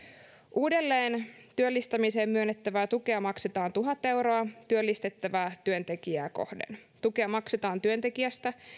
uudelleentyöllistämiseen myönnettävää tukea maksetaan tuhat euroa työllistettävää työntekijää kohden tukea maksetaan työntekijästä